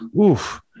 oof